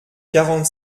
quarante